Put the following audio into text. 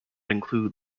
include